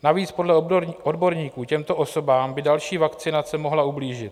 Navíc podle odborníků těmto osobám by další vakcinace mohla ublížit.